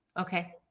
Okay